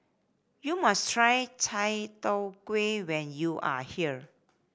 you must try Chai Tow Kway when you are here